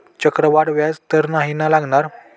चक्रवाढ व्याज तर नाही ना लागणार?